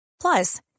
Plus